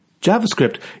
JavaScript